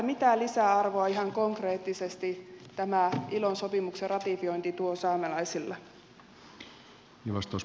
mitä lisäarvoa ihan konkreettisesti tämä ilo sopimuksen ratifiointi tuo saamelaisille